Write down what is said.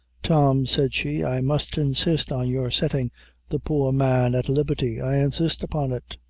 tom, said she, i must insist on your settin' the poor man at liberty i insist upon it.